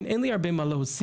כן, אין לי הרבה מה להוסיף.